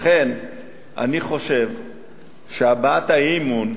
לכן אני חושב שהבעת האי-אמון,